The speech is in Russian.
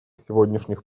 сегодняшних